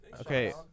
Okay